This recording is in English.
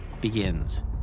begins